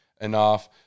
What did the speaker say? enough